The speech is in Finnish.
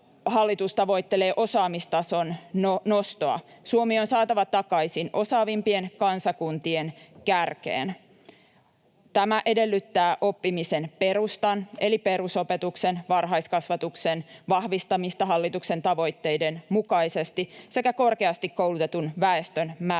hallitus tavoittelee osaamistason nostoa. Suomi on saatava takaisin osaavimpien kansakuntien kärkeen. Tämä edellyttää oppimisen perustan eli perusopetuksen ja varhaiskasvatuksen vahvistamista hallituksen tavoitteiden mukaisesti sekä korkeasti koulutetun väestön määrän